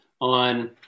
on